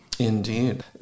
Indeed